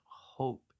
hope